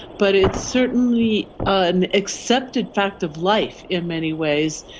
but it's certainly an accepted fact of life in many ways,